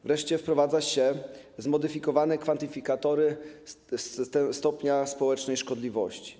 Wreszcie wprowadza się zmodyfikowane kwantyfikatory stopnia społecznej szkodliwości.